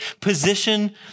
position